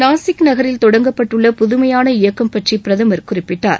நாசிக் நகரில் தொடங்கப்பட்டுள்ள புதுமையான இயக்கம் பற்றி பிரதமர் குறிப்பிட்டார்